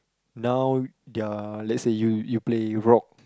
now their let's say you you play rock